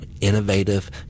innovative